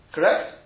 Correct